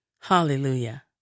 Hallelujah